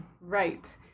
Right